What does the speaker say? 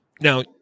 Now